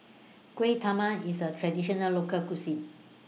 Kuih Talam IS A Traditional Local Cuisine